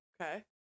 Okay